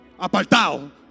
Apartado